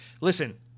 Listen